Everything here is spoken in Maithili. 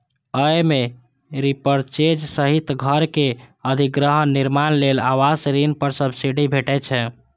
अय मे रीपरचेज सहित घरक अधिग्रहण, निर्माण लेल आवास ऋण पर सब्सिडी भेटै छै